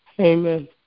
amen